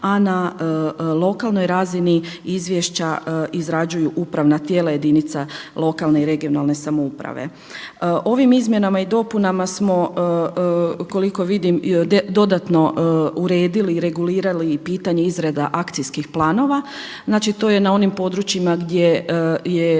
a na lokalnoj razini izvješća izrađuju upravna tijela jedinica lokalne i regionalne samouprave. Ovim izmjenama i dopunama smo koliko vidim dodatno uredili i regulirali pitanje izrada akcijskih planova. Znači to je na onim područjima gdje je